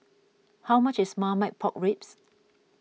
how much is Marmite Pork Ribs